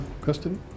custody